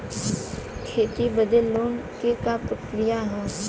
खेती बदे लोन के का प्रक्रिया ह?